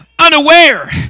Unaware